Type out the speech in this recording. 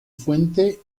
fuente